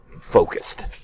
focused